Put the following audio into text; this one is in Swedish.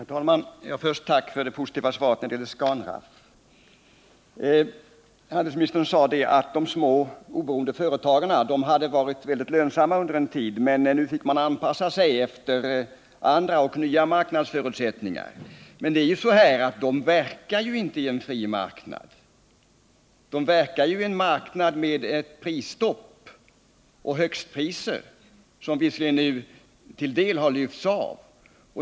Herr talman! Först vill jag tacka för det positiva svaret när det gäller Scanraff. Handelsministern sade att de små oberoende företagen hade varit väldigt lönsamma under en tid men att man nu fick lov att anpassa sig efter andra och nya marknadsförutsättningar. Men det är ju så att dessa företag inte verkar i en fri marknad, utan de verkar i en marknad med prisstopp och högstpriser, även om dessa till en del nu har lyfts av.